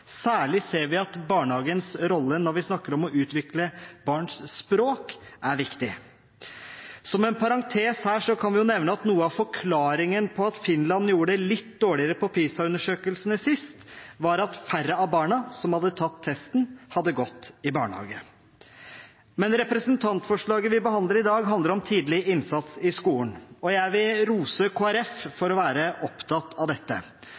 Særlig ser vi at barnehagens rolle når vi snakker om å utvikle barns språk, er viktig. Som en parentes her kan vi jo nevne at noe av forklaringen på at Finland gjorde det litt dårligere på PISA-undersøkelsene sist, var at færre av barna som hadde tatt testen, hadde gått i barnehage. Men representantforslaget vi behandler i dag, handler om tidlig innsats i skolen, og jeg vil rose Kristelig Folkeparti for å være opptatt av dette.